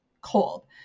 cold